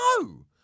No